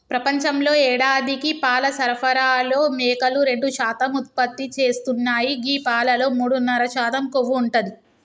ప్రపంచంలో యేడాదికి పాల సరఫరాలో మేకలు రెండు శాతం ఉత్పత్తి చేస్తున్నాయి గీ పాలలో మూడున్నర శాతం కొవ్వు ఉంటది